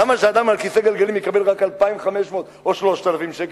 למה אדם על כיסא גלגלים יקבל רק 2,500 או 3,000 שקל?